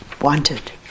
wanted